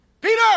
Peter